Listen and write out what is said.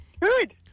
Good